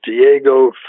Diego